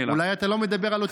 אולי אתה לא מדבר על אותו אירוע.